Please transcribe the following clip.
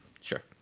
sure